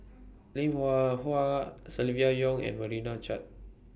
Lim Hwee Hua Silvia Yong and Meira Chand